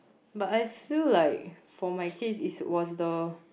but I feel like for my case is was the